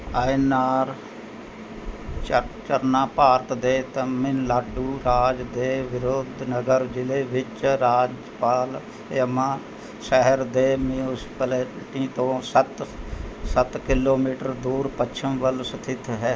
ਅਯਨਾਰ ਝਰ ਝਰਨਾ ਭਾਰਤ ਦੇ ਤਾਮਿਲਨਾਡੂ ਰਾਜ ਦੇ ਵਿਰੁਧੁਨਗਰ ਜ਼ਿਲ੍ਹੇ ਵਿੱਚ ਰਾਜਪਾਲਯਮਾ ਸ਼ਹਿਰ ਦੇ ਮਿਊਂਸਪੈਲਿਟੀ ਤੋਂ ਸੱਤ ਸੱਤ ਕਿਲੋਮੀਟਰ ਦੂਰ ਪੱਛਮ ਵੱਲ ਸਥਿਤ ਹੈ